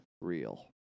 Real